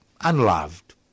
unloved